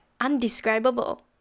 undescribable